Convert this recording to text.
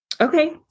Okay